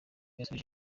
yasubije